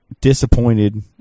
disappointed